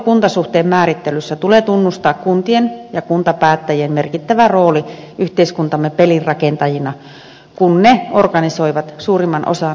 valtiokunta suhteen määrittelyssä tulee tunnustaa kuntien ja kuntapäättäjien merkittävä rooli yhteiskuntamme pelinrakentajina kun ne organisoivat suurimman osan kunnallisista palveluista